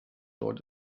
dort